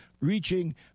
reaching